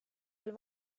veel